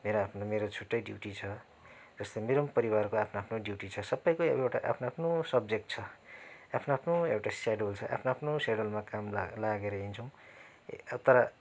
मेरोआफ्नो मेरो छुट्टै ड्युटी छ जस्तो मेरो पनि परिवारको आफ्नो आफ्नो ड्युटी छ सबैको एउटा आफ्नो आफ्नो सब्जेक्ट छ आफ्नो आफ्नो एउटा सेड्युल छ आफ्नो आफ्नो सेड्युलमा काम ला लागेर हिँड्छौँ तर